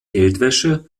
geldwäsche